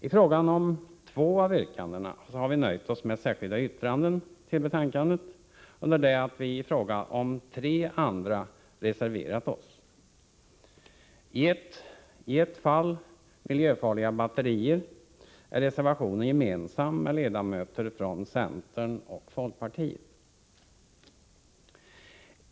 I fråga om två av yrkandena har vi nöjt oss med att foga särskilda yttranden till betänkandet, under det att vi i fråga om tre reserverat oss. I ett fall — när det gäller miljöfarliga batterier — är reservationen gemensam för vpk:s representant och ledamöter från centern och folkpartiet.